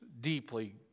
deeply